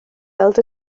weld